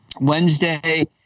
wednesday